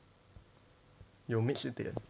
有 mix 一点